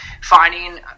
finding